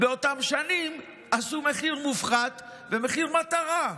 באותן שנים עשו מחיר מופחת ומחיר מטרה.